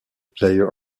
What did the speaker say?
player